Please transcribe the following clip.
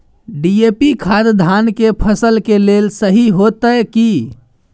DAP खाद धान के फसल के लेल सही होतय की?